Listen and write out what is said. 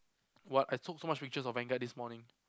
what I took so much pictures of vanguard this morning